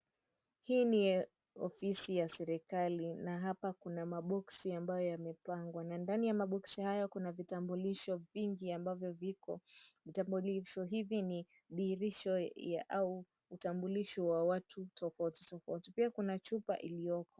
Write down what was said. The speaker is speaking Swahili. Hii ni ofisi ya serikali na hapa kuna maboxi ambayo yamepangwa na ndani ya maboxi hayo kuna vitambulisho vingi ambavyo viko. Vitambulisho hivi dhihirisho ya au utambilisho wa watu tofauti tofauti. Pia kuna chupa iliyoko.